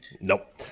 Nope